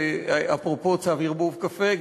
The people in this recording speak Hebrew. ואפרופו צו ערבוב קפה,